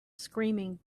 screaming